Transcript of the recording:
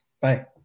Bye